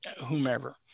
whomever